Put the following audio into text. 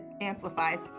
amplifies